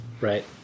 Right